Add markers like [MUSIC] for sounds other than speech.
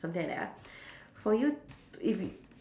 something like that ah [BREATH] for you if you